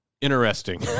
Interesting